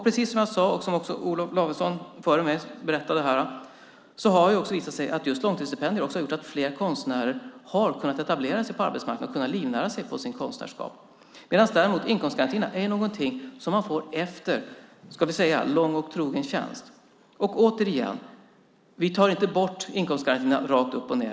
Precis som jag sade, vilket också Olof Lavesson berättade om tidigare, har det visat sig att just långtidsstipendier har gjort att fler konstnärer har kunnat etablera sig på arbetsmarknaden och kan livnära sig på sitt konstnärskap. Inkomstgarantin däremot är någonting som man får efter lång och trogen tjänst. Återigen: Vi tar inte bort inkomstgarantin rakt upp och ned.